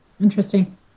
Interesting